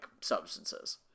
substances